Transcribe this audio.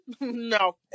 No